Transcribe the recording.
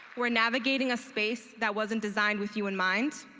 were navigating a space that wasn't designed with you in mind.